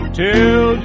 till